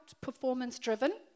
performance-driven